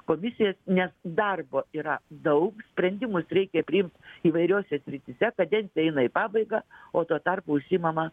komisijas nes darbo yra daug sprendimus reikia priimt įvairiose srityse kadencija eina į pabaigą o tuo tarpu užsiimama